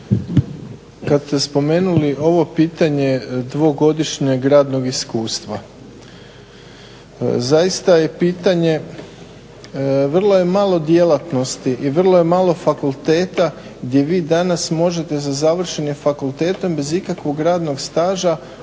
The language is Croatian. Kad ste spomenuli ovo pitanje dvogodišnjeg radnog iskustva, zaista je pitanje, vrlo je malo djelatnosti i vrlo je malo fakulteta gdje vi danas možete sa završenim fakultetom bez ikakvog radnog staža